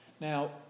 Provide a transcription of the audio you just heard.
Now